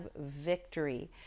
victory